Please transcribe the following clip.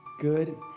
good